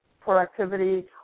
productivity